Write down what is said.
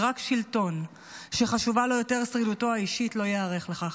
ורק שלטון שחשובה לו יותר שרידותו האישית לא ייערך לכך.